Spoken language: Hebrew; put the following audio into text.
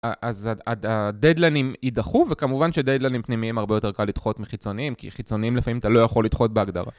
אז הדדלנים יידחו, וכמובן שדדלנים פנימיים הרבה יותר קל לדחות מחיצוניים, כי חיצוניים לפעמים אתה לא יכול לדחות בהגדרה.